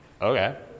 okay